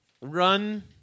Run